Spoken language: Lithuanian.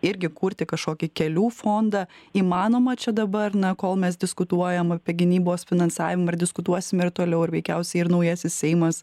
irgi kurti kažkokį kelių fondą įmanoma čia dabar na kol mes diskutuojam apie gynybos finansavimą ir diskutuosime ir toliau ar veikiausiai ir naujasis seimas